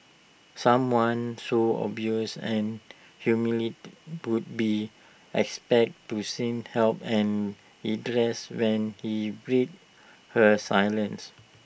someone so abused and humiliated would be expected to seek help and redress when he breaks her silence